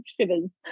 shivers